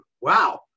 Wow